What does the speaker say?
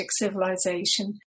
civilization